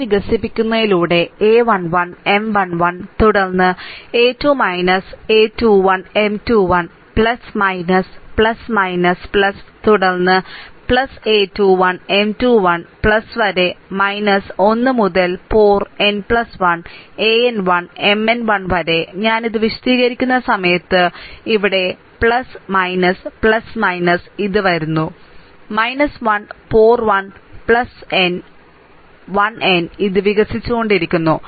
നിര വികസിപ്പിക്കുന്നതിലൂടെ a 1 1 M 1 1 തുടർന്ന് a 2 a 21 M 21 തുടർന്ന് a 2 1 M 2 1 വരെ 1 മുതൽ പോർ n 1 an1 Mn 1 വരെ ഞാൻ ഇത് വിശദീകരിക്കുന്ന സമയത്ത് ഇവിടെ ഇത് വരുന്നു 1 പോർ 1 n 1n ഇത് വികസിച്ചുകൊണ്ടിരിക്കുന്നു